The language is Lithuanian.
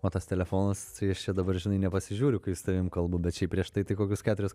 o tas telefonas tai aš čia dabar žinai nepasižiūriu kai su tavim kalbu bet šiaip prieš tai tai kokius keturis